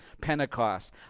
Pentecost